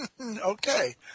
Okay